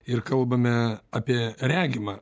ir kalbame apie regimą